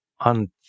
on